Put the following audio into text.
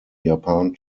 japan